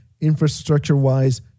infrastructure-wise